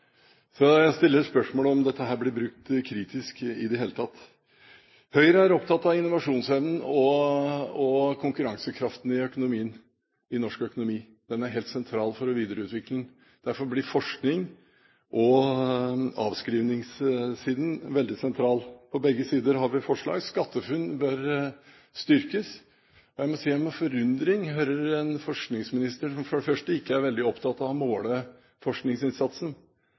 Så jeg stiller spørsmål ved om dette blir brukt kritisk i det hele tatt. Høyre er opptatt av innovasjonsevnen og konkurransekraften i norsk økonomi – det er helt sentralt for videreutviklingen. Derfor blir forsknings- og avskrivningssiden veldig sentralt. På begge disse sidene har vi forslag. SkatteFUNN bør styrkes. Jeg hører med forundring på en forskningsminister som ikke er veldig opptatt av å måle forskningsinnsatsen.